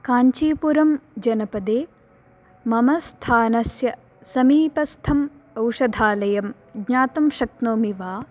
काञ्चीपुरम् जनपदे मम स्थानस्य समीपस्थम् औषधालयं ज्ञातुं शक्नोमि वा